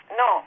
no